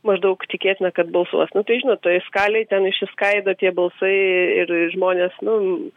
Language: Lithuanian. maždaug tikėtina kad balsuos nu tai žinot toj skalėj ten išsiskaido tie balsai ir žmonės nu